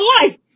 life